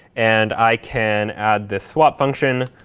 and i can add this swap function,